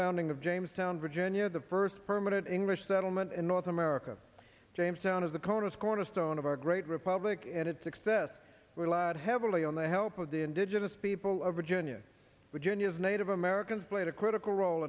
founding of jamestown virginia the first permanent english settlement in north america jamestown as the conus cornerstone of our great republic and its success relied heavily on the help of the indigenous people of virginia virginia as native americans played a critical role